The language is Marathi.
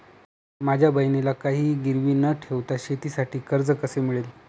माझ्या बहिणीला काहिही गिरवी न ठेवता शेतीसाठी कर्ज कसे मिळेल?